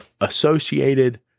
associated